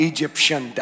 Egyptian